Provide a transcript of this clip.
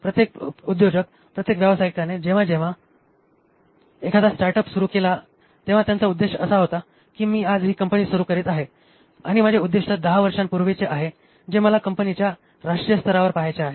प्रत्येक उद्योजक प्रत्येक व्यावसायिकाने जेव्हा जेव्हा जेव्हा एखादा स्टार्टअप सुरू केला तेव्हा त्यांचा उद्देश असा होता की मी आज ही कंपनी सुरू करीत आहे आणि माझे उद्दीष्ट 10 वर्षापूर्वीचे आहे जे मला या कंपनीला राष्ट्रीय स्तरावर पहायचे आहे